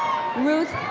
ruth